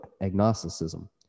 agnosticism